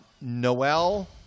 Noel